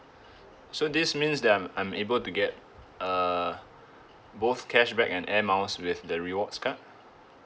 so this means that I'm I'm able to get uh both cashback and air miles with the rewards card